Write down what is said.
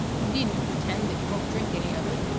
you needn't pretend that you won't drink any of it.